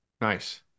Nice